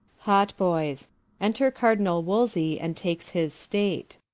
hoboyes. enter cardinall wolsey, and takes his state.